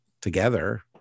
together